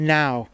now